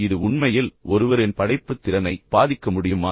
இது உண்மையில் ஒருவரின் படைப்பு திறனை பாதிக்க முடியுமா